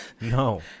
No